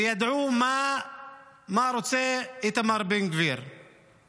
וידעו מה איתמר בן גביר רוצה,